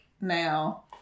now